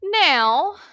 Now